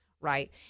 right